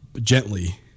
gently